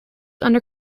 under